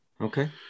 Okay